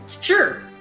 sure